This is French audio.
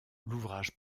l’ouvrage